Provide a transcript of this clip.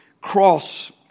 cross